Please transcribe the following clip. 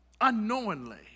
unknowingly